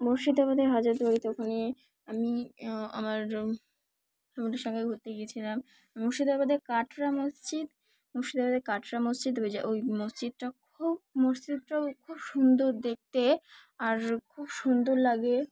মুর্শিদাবাদে হাজার দুয়ারিতে ওখানে আমি আমার ফ্যামিলির সঙ্গে ঘুরতে গিয়েছিলাম মুর্শিদাবাদে কাটরা মসজিদ মুর্শিদাবাদের কাটরা মসজিদ হয়ে যায় ওই মসজিদটা খুব মসজিদটাও খুব সুন্দর দেখতে আর খুব সুন্দর লাগে